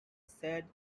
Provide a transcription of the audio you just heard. said